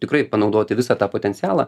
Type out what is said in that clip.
tikrai panaudoti visą tą potencialą